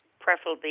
preferably